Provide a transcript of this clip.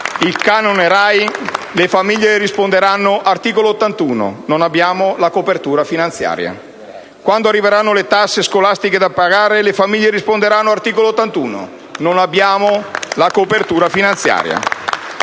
il canone RAI le famiglie risponderanno: articolo 81! Non abbiamo la copertura finanziaria. Quando arriveranno le tasse scolastiche da pagare, le famiglie risponderanno: articolo 81! Non abbiamo la copertura finanziaria.